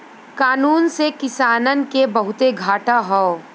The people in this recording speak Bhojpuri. कानून से किसानन के बहुते घाटा हौ